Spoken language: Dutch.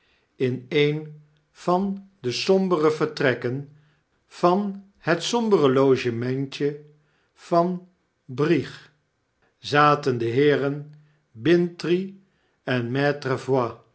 in een van de sombere vertrekken van het sombere logementje van b r i e g zaten de heeren bintrey en